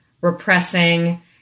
repressing